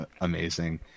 amazing